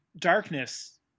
darkness